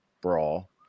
brawl